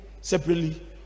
separately